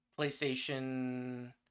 playstation